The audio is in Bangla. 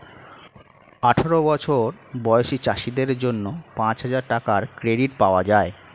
আঠারো বছর বয়সী চাষীদের জন্য পাঁচহাজার টাকার ক্রেডিট পাওয়া যায়